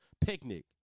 Picnic